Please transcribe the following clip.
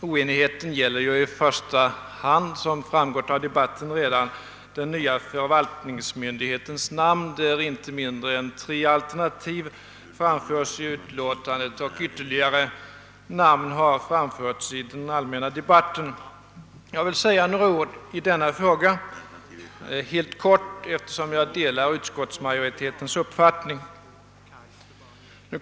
Oenigheten gäller i första hand, vilket redan framgått av debatten, den nya förvaltningsmyndighetens namn, där inte mindre än tre alternativ framförs i utlåtandet; flera namn har framförts i den allmänna debatten. Jag vill endast säga några ord i denna fråga, eftersom jag delar utskottsmajoritetens uppfattning.